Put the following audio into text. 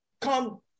come